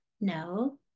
No